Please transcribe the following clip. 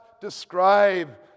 describe